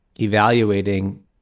evaluating